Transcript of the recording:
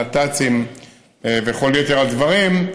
הנת"צים וכל יתר הדברים,